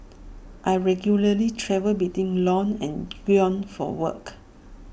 I regularly travel between Lyon and Grenoble for work